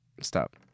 Stop